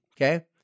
Okay